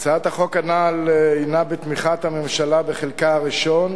הצעת החוק הנ"ל היא בתמיכת הממשלה בחלקה הראשון,